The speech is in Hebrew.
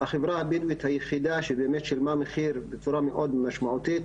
החברה הבדואית היחידה שבאמת שילמה מחיר בצורה מאוד משמעותית,